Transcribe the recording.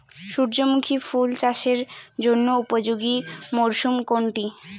সূর্যমুখী ফুল চাষের জন্য উপযোগী মরসুম কোনটি?